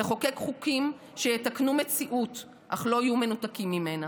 לחוקק חוקים שיתקנו מציאות אך לא יהיו מנותקים ממנה.